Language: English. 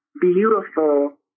beautiful